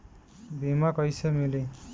बीमा कैसे मिली?